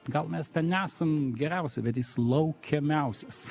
gal mes ten nesam geriausi bet jis laukiamiausias